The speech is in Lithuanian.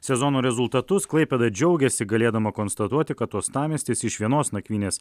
sezono rezultatus klaipėda džiaugiasi galėdama konstatuoti kad uostamiestis iš vienos nakvynės